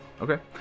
Okay